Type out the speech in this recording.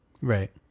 Right